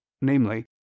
namely